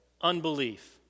unbelief